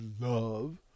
love